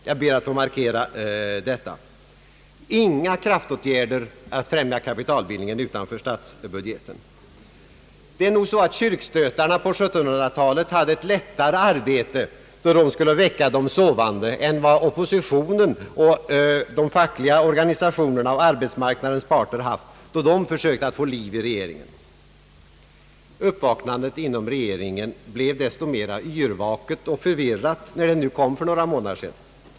Jag föreställer mig att kyrkstötarna på 1700 talet hade ett lättare arbete med att väcka sovande än vad oppositionen, de fackliga organisationerna och näringslivet haft då de sökt få liv i regeringen. Uppvaknandet inom regeringen blev desto mer yrvaket och förvirrat när det nu kom för några månader sedan.